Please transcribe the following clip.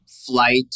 flight